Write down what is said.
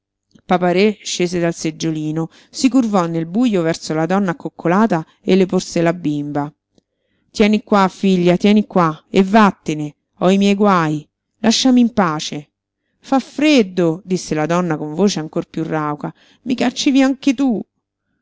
papa-re scese dal seggiolino si curvò nel bujo verso la donna accoccolata e le porse la bimba tieni qua figlia tieni qua e vattene ho i miei guaj lasciami in pace fa freddo disse la donna con voce ancor piú rauca i cacci via anche tu